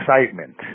excitement